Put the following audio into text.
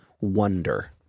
wonder